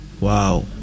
Wow